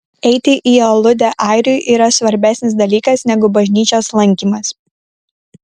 eiti į aludę airiui yra svarbesnis dalykas negu bažnyčios lankymas